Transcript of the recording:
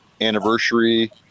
anniversary